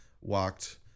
walked